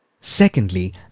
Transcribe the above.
Secondly